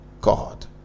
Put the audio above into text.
God